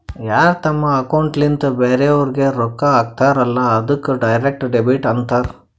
ಯಾರ್ ತಮ್ ಅಕೌಂಟ್ಲಿಂತ್ ಬ್ಯಾರೆವ್ರಿಗ್ ರೊಕ್ಕಾ ಹಾಕ್ತಾರಲ್ಲ ಅದ್ದುಕ್ ಡೈರೆಕ್ಟ್ ಡೆಬಿಟ್ ಅಂತಾರ್